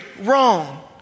wrong